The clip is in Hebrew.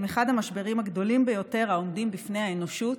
אחד המשברים הגדולים ביותר העומדים בפני האנושות,